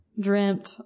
dreamt